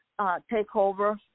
takeover